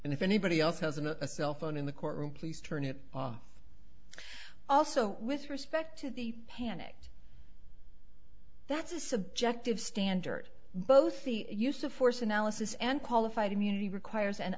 and if anybody else has an a cell phone in the courtroom please turn it off also with respect to the panicked that's a subjective standard both the use of force analysis and qualified immunity requires an